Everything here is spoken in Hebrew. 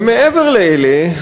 ומעבר לאלה,